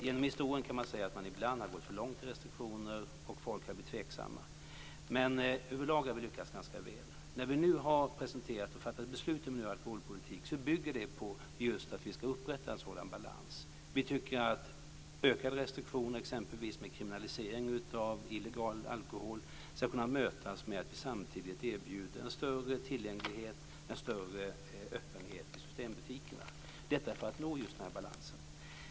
Man kan säga att vi genom historien ibland har gått för långt i restriktioner och folk har varit tveksamma, men överlag har vi lyckats ganska väl. Nu har vi presenterat och fattat beslut om en ny alkoholpolitik. Den bygger på att vi ska upprätta en sådan balans. Vi tycker att ökade restriktioner, genom t.ex. kriminalisering av illegal alkohol, ska kunna mötas med att vi samtidigt erbjuder en större tillgänglighet och en större öppenhet i systembutikerna för att nå just den här balansen.